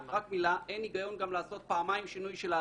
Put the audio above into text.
אין היגיון גם לעשות פעמיים שינוי של האריזות.